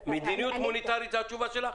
מדיניות מוניטרית, זו התשובה שלך?